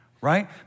right